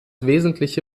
wesentliche